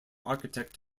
architect